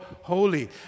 holy